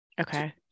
Okay